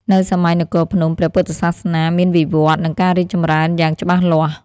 នៅសម័យនគរភ្នំ ព្រះពុទ្ធសាសនាមានវិវឌ្ឍន៍ និងការរីកចម្រើនយ៉ាងច្បាស់លាស់ ។